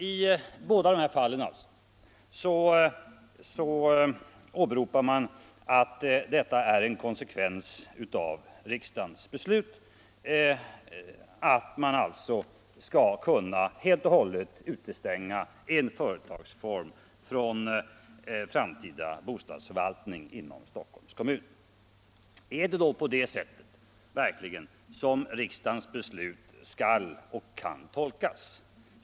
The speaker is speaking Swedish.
I båda dessa fall åberopar man riksdagens beslut. Är det då verkligen på det sättet som riksdagens beslut skall tolkas?